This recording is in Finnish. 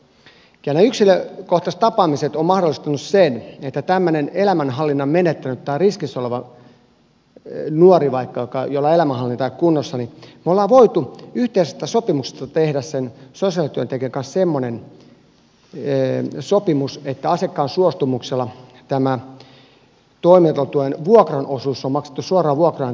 yksilökohtaiset tapaamiset ovat mahdollistaneet sen kun on vaikka tämmöinen elämänhallinnan menettänyt tai riskissä oleva nuori jolla elämänhallinta ei ole kunnossa että me olemme voineet yhteisestä sopimuksesta tehdä sen sosiaalityöntekijän kanssa semmoisen sopimuksen että asiakkaan suostumuksella tämä toimeentulotuen vuokran osuus on maksettu suoraan vuokranantajan tilille